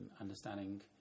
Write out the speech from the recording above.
understanding